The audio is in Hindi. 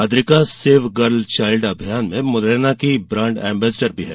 अद्रिका सेव गर्ल चाइल्ड अभियान में मुरैना की ब्रांड एम्बेस्डर भी हैं